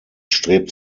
strebt